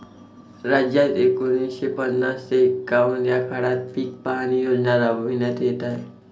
राज्यात एकोणीसशे पन्नास ते एकवन्न या काळात पीक पाहणी योजना राबविण्यात येत आहे